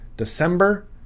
December